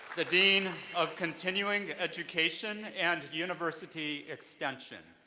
the dean of continuing education and university extension.